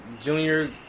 Junior